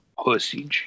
pussy